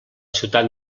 ciutat